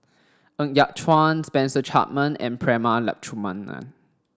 Ng Yat Chuan Spencer Chapman and Prema Letchumanan